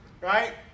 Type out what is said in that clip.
Right